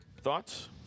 thoughts